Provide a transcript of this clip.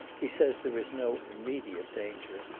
he says there is no immediate danger.